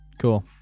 Cool